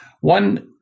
One